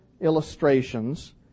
illustrations